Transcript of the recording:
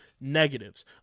Negatives